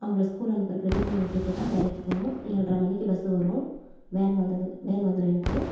அவங்கள ஸ்கூல் அனுப்புகிறக்கு ரெடி பண்ணி விட்டுவிட்டுதான் வேலைக்கு போகணும் ஏழ்ரை மணிக்கு பஸ்ஸு வரும் வேன் வந்ததும் வேன் வந்துடும் எனக்கு